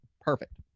Perfect